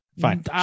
fine